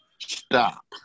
Stop